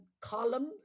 column